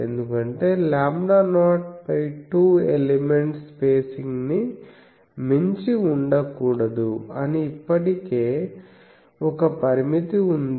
ఎందుకంటే λ02 ఎలిమెంట్ స్పేసింగ్ని మించి ఉండకూడదు అని ఇప్పటికే ఒక పరిమితి ఉంది